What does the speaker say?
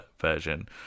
version